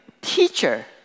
Teacher